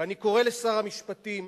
ואני קורא לשר המשפטים,